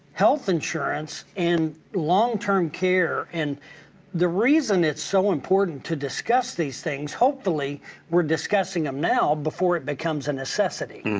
health insurance, and long term care, and the reason it's so important to discuss these things, hopefully we're discussing them now before it becomes a necessity.